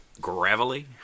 gravelly